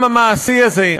הטעם המעשי הזה,